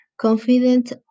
Confident